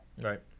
Right